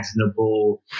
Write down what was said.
imaginable